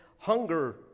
hunger